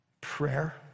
prayer